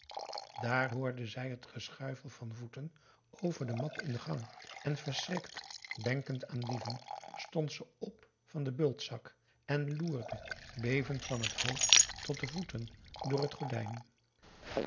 daar hoorde zij het geschuifel van voeten over de mat in de gang en verschrikt denkend aan dieven stond ze op van den bultzak en loerde bevend van het hoofd tot de voeten door het gordijn